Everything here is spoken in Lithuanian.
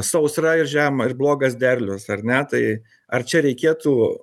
sausra ir žema ir blogas derlius ar ne tai ar čia reikėtų